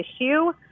issue